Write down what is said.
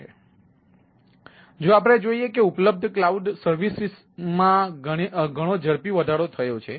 તેથી જો આપણે જોઈએ કે ઉપલબ્ધ ક્લાઉડ સર્વિસઓ માં ઝડપી વધારો થયો છે